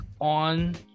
on